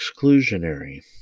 exclusionary